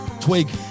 twig